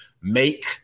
make